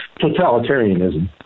totalitarianism